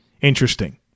interesting